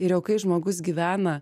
ir jau kai žmogus gyvena